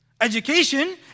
Education